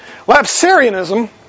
Lapsarianism